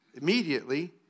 immediately